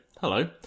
hello